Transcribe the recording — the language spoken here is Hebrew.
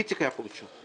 איציק היה פה ראשון.